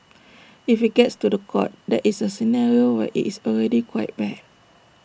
if IT gets to The Court that is A scenario where IT is already quite bad